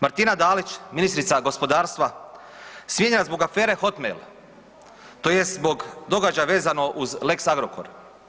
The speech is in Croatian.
Martina Dalić ministrica gospodarstva smijenjena zbog afere „Hotmail“, tj. zbog događaja vezano uz Lex Agrokor.